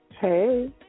Hey